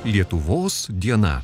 lietuvos diena